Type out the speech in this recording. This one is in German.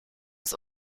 ist